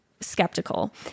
skeptical